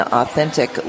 authentic